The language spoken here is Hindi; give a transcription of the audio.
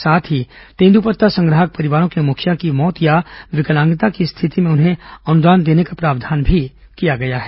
साथ ही तेंदूपत्ता संग्राहक परिवार के मुखिया की मौत या विकलांगता की स्थिति में उन्हें अनुदान देने का प्रावधान भी किया गया है